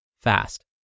fast